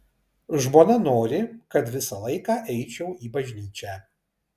žmona nori kad visą laiką eičiau į bažnyčią